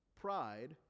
Pride